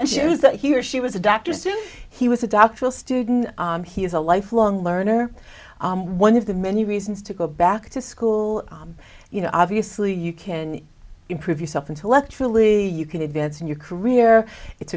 and she said he or she was a doctor soon he was a doctoral student he is a lifelong learner one of the many reasons to go back to school you know obviously you can improve yourself intellectually you can advance in your career it's